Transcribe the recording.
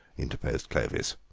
interposed clovis.